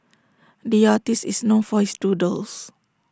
the artist is known for his doodles